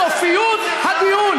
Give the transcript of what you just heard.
סופיות הדיון.